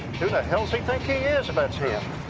hell's he think he is if that's him?